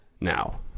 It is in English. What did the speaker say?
Now